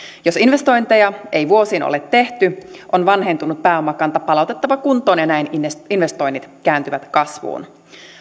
jos investointeja ei vuosiin ole tehty on vanhentunut pääomakanta palautettava kuntoon ja näin investoinnit kääntyvät kasvuun